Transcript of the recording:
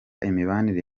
imibanire